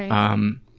um,